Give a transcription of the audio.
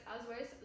otherwise